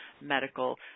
medical